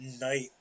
night